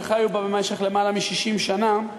גדלו וחיו בה במשך למעלה מ-60 שנה,